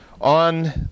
on